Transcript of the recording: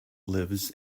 lives